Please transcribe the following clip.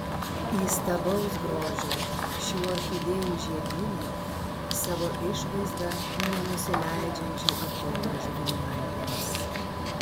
įstabaus grožio šių orchidėjų žiedynai savo išvaizda nenusileidžiančių atogrąžų giminaitėms